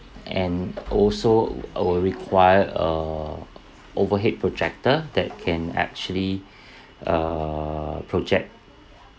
and also I will require a overhead projector that can actually err project